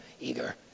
eager